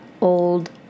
old